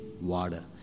water